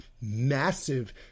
massive